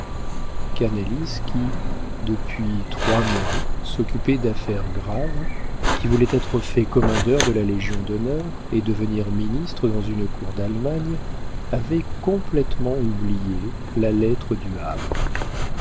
canalis qui depuis trois mois s'occupait d'affaires graves qui voulait être fait commandeur de la légion-d'honneur et devenir ministre dans une cour d'allemagne avait complétement oublié la lettre du havre